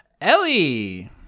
Ellie